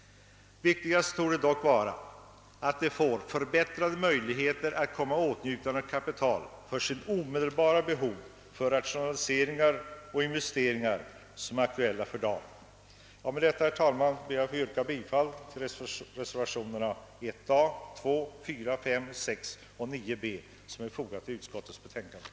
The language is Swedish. Viktigast torde dock vara att de får förbättrade möjligheter att komma i åtnjutande av kapital för sitt omedelbara behov, t.ex. för rationaliseringar och investeringar som är aktuella för dagen. Med dessa ord, herr talman, ber jag att få yrka bifall till reservationerna 1 a, 2 a, 4,5, 6 a och I b som är fogade till utskottets utlåtande.